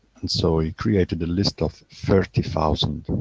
and so he created a list of thirty thousand